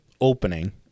opening